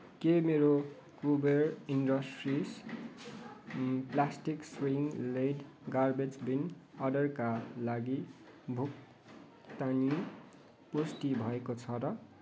के मेरो Kuber industries plastic swing lid garbage bin अर्डरका लागि भुक्तानी पुष्टि भएको छ र